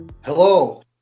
Hello